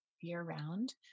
year-round